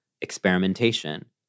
experimentation